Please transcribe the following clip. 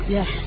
Yes